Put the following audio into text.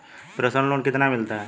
Personal loan कितना मिलता है?